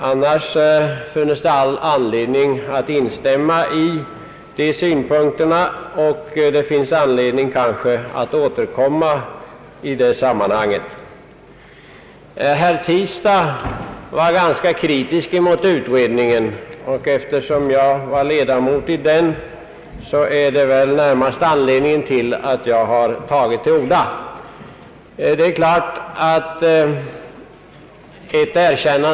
Annars funnes det all anledning att instämma i de synpunkterna, och det finns kanske anledning återkomma i det sammanhanget. Herr Tistad var ganska kritisk mot utredningen, och eftersom jag var ledamot i den är det den närmaste anledningen till att jag har tagit till orda.